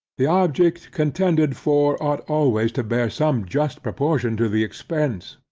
the object, contended for, ought always to bear some just proportion to the expense.